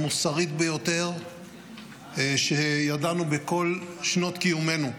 המוסרית ביותר שידענו בכל שנות קיומנו.